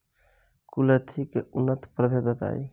कुलथी के उन्नत प्रभेद बताई?